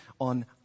on